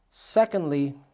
Secondly